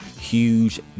huge